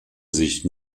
sich